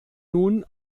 nun